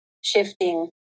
shifting